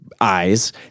eyes